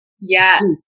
Yes